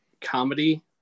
comedy